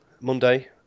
Monday